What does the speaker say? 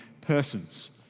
persons